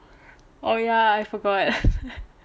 oh ya I forgot